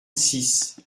six